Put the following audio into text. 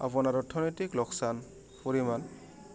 আপোনাৰ অৰ্থনৈতিক লোকচান পৰিমাণ